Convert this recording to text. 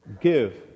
Give